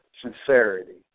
sincerity